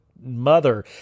mother